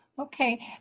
Okay